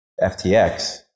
FTX